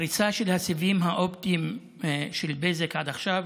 הפריסה של הסיבים האופטיים של בזק עד עכשיו